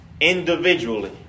Individually